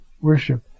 worship